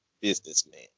businessman